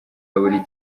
buri